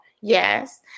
yes